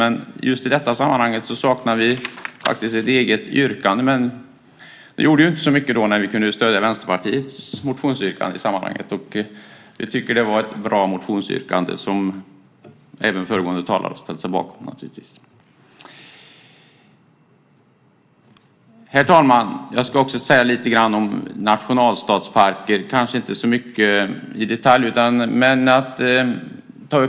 I just det här sammanhanget saknar vi ett eget yrkande. Det gjorde ju inte så mycket när vi kunde stödja Vänsterpartiets yrkande. Vi tycker att det är ett bra motionsyrkande som ju även föregående talare har ställt sig bakom. Herr talman! Jag ska också säga något om nationalstadsparker.